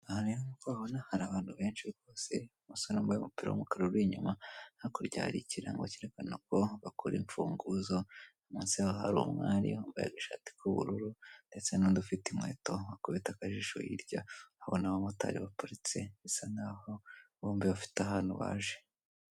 Aha rero nk'uko uhabona hari abantu benshi rwose, umusore wambaye umupira w'umukara uri inyuma, hakurya hari ikirango cyerekana ko bakora imfunguzo, munsi yaho hari umwari wambaye agashati k'ubururu ndetse n'undi ufite inkweto , wakubita akajisho hirya ubona abamotari baparitse bisa naho bombi bafite ahantu baje.